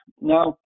Now